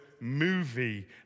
movie